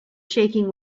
shaking